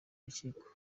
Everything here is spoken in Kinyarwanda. urukiko